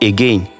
Again